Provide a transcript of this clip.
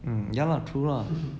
mm ya lah true lah